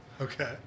Okay